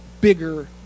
bigger